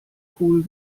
cool